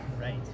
Right